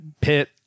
pit